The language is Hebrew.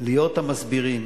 להיות המסבירים.